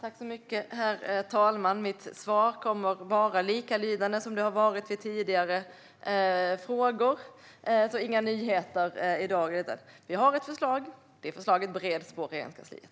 Herr talman! Mitt svar kommer att vara likalydande som vid tidigare frågor. Det finns inga nyheter i dag. Det finns ett förslag, och det förslaget bereds på Regeringskansliet.